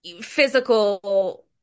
physical